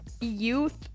youth